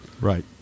right